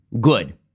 Good